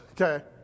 okay